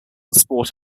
sport